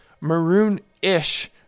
maroon-ish